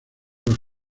los